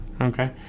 okay